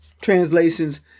translations